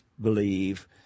believe